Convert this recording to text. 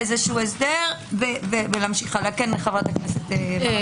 בבקשה, חברת הכנסת.